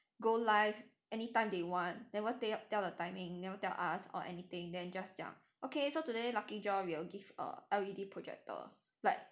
go live any time they want never tell the timing never tell us or anything then just 讲 okay so today lucky draw will give err L_E_D projector like